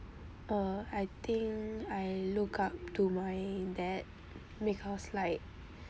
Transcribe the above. uh I think I look up to my dad because like